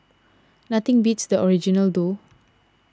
nothing beats the original though